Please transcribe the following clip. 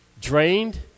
drained